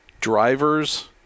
drivers